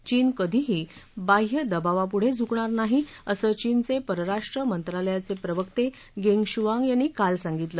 चीन कधीही बाह्य दबावापुढं झुकणार नाही असं चीनचे परराष्ट्र मंत्रालयाचे प्रवक्ते गेंग शुआंग यांनी काल सांगितलं